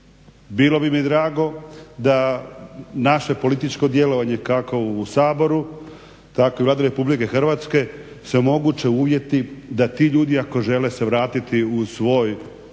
Bilo bi mi drago da naše političko djelovanje kako u Saboru tako i u Vladi RH se omoguće uvjeti da ti ljudi ako žele se vratiti u svoje